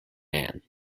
man